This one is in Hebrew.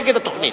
נגד התוכנית.